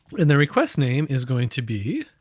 and the request name is going to be